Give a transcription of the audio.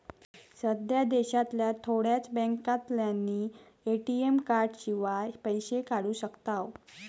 सध्या देशांतल्या थोड्याच बॅन्कांतल्यानी ए.टी.एम कार्डशिवाय पैशे काढू शकताव